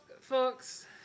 folks